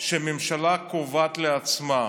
שהממשלה קובעת לעצמה.